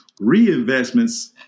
Reinvestments